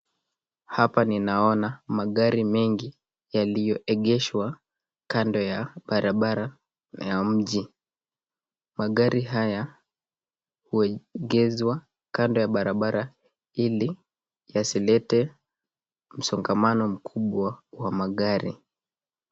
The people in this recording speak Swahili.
Hapa ninaona magari mengi yaliyoegeshwa kando ya barabara ya mji. Magari haya huegeshwa kando ya barabara ili yasilete msongamano makubwa wa magari.